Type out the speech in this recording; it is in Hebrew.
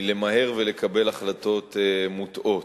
מלמהר ולקבל החלטות מוטעות.